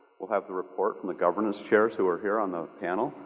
we'll have the report from the governance chairs who are here on the panel.